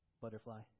butterfly